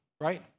right